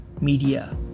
media